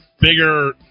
bigger